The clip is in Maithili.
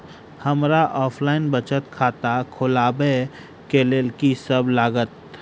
हमरा ऑफलाइन बचत खाता खोलाबै केँ लेल की सब लागत?